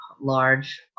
large